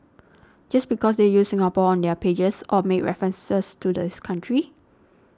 just because they use Singapore on their pages or make references to this country